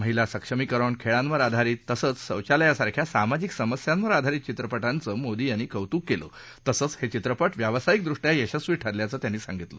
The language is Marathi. महिला सक्षमीकरण खेळांवर आधारित तसंच शौचालयासारख्या सामाजिक समस्यांवर आधारित चित्रपटांचं मोदी यांनी कौतुक केलं तसंच हे चित्रपट व्यावसायिकदृष्ट्या यशस्वी ठरल्याचं त्यांनी सांगितलं